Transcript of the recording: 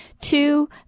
Two